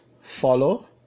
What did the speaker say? follow